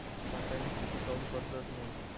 रासायनिक शेती काऊन परवडत नाई?